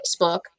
Facebook